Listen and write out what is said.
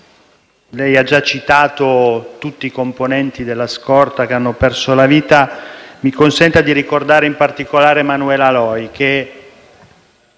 Lei ha già citato tutti i componenti della scorta che hanno perso la vita, ma mi consenta di ricordare in particolare Manuela Loi, che